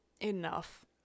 enough